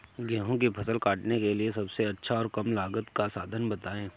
गेहूँ की फसल काटने के लिए सबसे अच्छा और कम लागत का साधन बताएं?